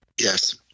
Yes